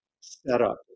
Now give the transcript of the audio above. setup